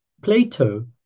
Plato